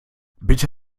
bitte